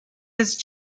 his